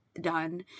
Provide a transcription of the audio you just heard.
done